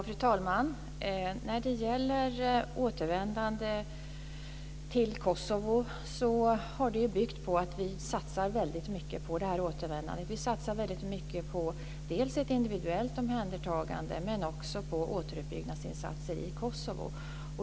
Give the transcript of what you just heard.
Fru talman! Återvändandet till Kosovo har byggt på att vi satsar väldigt mycket på återvändandet, väldigt mycket på dels ett individuellt omhändertagande, dels återuppbyggnadsinsatser i Kosovo.